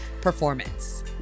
performance